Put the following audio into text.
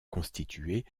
constituer